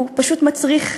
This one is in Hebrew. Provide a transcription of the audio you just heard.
הוא פשוט מצריך נס.